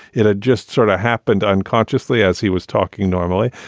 it had just sort of happened unconsciously as he was talking normally.